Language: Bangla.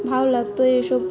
ভালো লাগতো এইসব